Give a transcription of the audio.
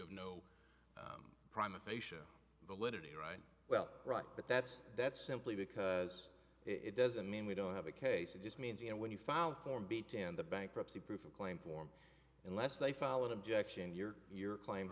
have no prime aphasia validity right well right but that's that's simply because it doesn't mean we don't have a case it just means you know when you file form be tan the bankruptcy proof a claim form unless they followed objection your your claim